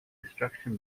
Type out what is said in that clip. destruction